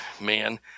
man